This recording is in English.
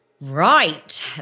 Right